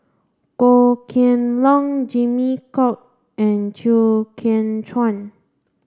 Goh Kheng Long Jimmy Chok and Chew Kheng Chuan